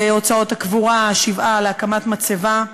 להוצאות הקבורה, שבעה, להקמת מצבה,